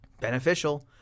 beneficial